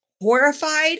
horrified